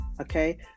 okay